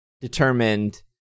determined